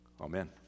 Amen